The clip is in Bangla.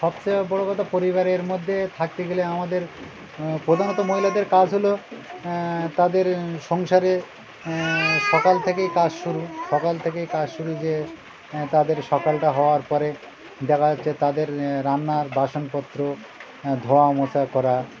সবচেয়ে বড় কথা পরিবারের মধ্যে থাকতে গেলে আমাদের প্রধানত মহিলাদের কাজ হলো তাদের সংসারে সকাল থেকেই কাজ শুরু সকাল থেকেই কাজ শুরু যে তাদের সকালটা হওয়ার পরে দেখা যাচ্ছে তাদের রান্নার বাসনপত্র ধোয়া মোছা করা